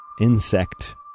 insect